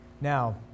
Now